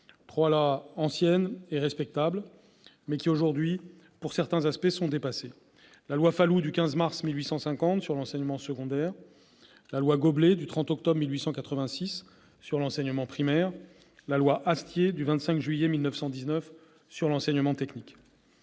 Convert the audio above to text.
lois, anciennes et respectables, mais qui, pour certains de leurs aspects, sont aujourd'hui dépassées : la loi Falloux du 15 mars 1850 sur l'enseignement secondaire ; la loi Goblet du 30 octobre 1886 sur l'enseignement primaire ; la loi Astier du 25 juillet 1919 sur l'enseignement technique.